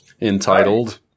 entitled